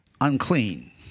unclean